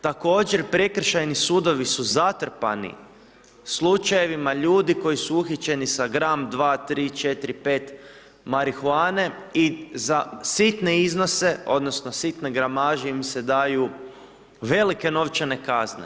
Također prekršajni sudovi su zatrpani slučajevima ljudi koji su uhićeni sa gram, dva, tri, četiri, pet marihuane i za sitne iznose, odnosno sitne gramaže im se daju velike novčane kazne.